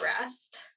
rest